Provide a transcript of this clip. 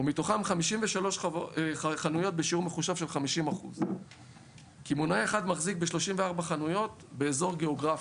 ומתוכן 53 חנויות בשיעור מחושב של 50%. קמעונאי אחד מחזיק ב-34 חנויות באזור גיאוגרפי.